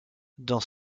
dans